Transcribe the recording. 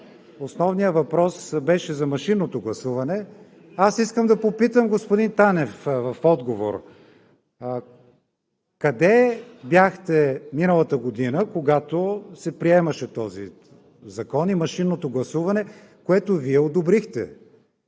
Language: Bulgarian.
основният въпрос беше за машинното гласуване, искам да попитам господин Танев в отговор: къде бяхте миналата година, когато се приемаше този закон и машинното гласуване, което Вие одобрихте?